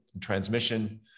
transmission